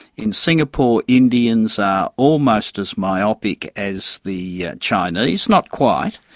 in singapore, indians are almost as myopic as the chinese, not quite,